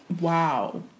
Wow